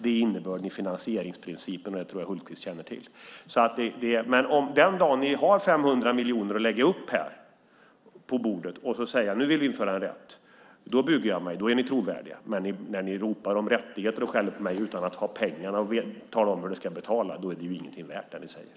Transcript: Det är innebörden i finansieringsprincipen, och det tror jag att Peter Hultqvist känner till. Den dag ni lägger upp 500 miljoner här på bordet och säger att ni vill införa en rätt, då bugar jag mig. Då är ni trovärdiga. Men när ni ropar om rättigheter och skäller på mig utan att ha pengar och utan att tala om hur det ska betalas är det ni säger ingenting värt.